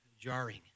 jarring